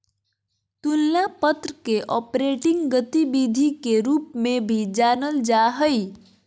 तुलना पत्र के ऑपरेटिंग गतिविधि के रूप में भी जानल जा हइ